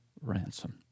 ransom